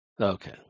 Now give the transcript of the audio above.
Okay